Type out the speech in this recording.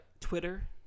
Twitter